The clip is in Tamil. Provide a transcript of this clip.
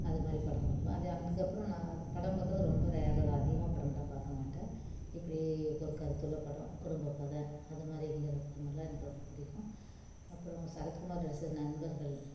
அதைமாரி படம் பார்ப்பேன் அதே அதுக்கப்பறம் நான் படம் பார்க்குறது ரொம்ப ரேர்ரு தான் அதிகமாக படம்லாம் பார்க்கமாட்டேன் இப்படி ஒரு கருத்துள்ள படம் குடும்ப கதை அதுமாதிரிங்கிற படமெல்லாம் எனக்கு ரொம்ப பிடிக்கும் அப்புறம் சரத்குமார் நடித்த நண்பர்கள்